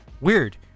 Weird